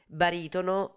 baritono